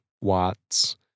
watts